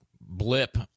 blip